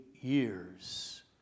years